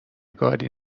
گاری